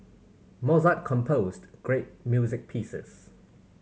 Mozart composed great music pieces